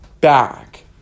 back